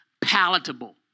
palatable